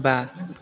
बा